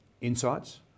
insights